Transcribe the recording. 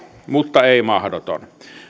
mutta ei mahdoton